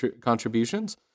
contributions